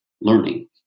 learning